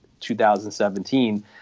2017